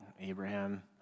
Abraham